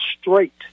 straight